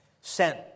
sent